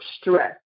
stress